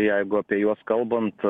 jeigu apie juos kalbant